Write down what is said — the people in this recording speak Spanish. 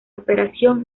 operación